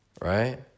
right